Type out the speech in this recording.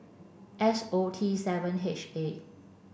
S O T seven H A